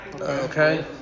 Okay